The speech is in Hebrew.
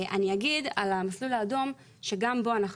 אני אגיד על המסלול האדום שגם בו אנחנו